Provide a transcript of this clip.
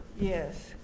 Yes